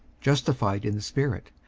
justified in the spirit,